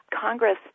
Congress